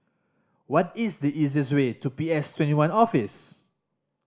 what is the easiest way to P S Twenty one Office